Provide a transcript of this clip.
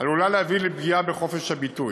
עלולה להביא לפגיעה בחופש הביטוי,